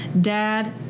Dad